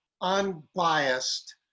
Unbiased